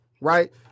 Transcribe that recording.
Right